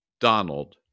Donald